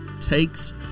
takes